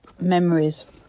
memories